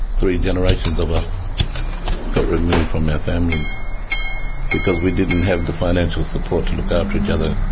three generations of us got removed from our families because we didn't have the financial support to look after each other.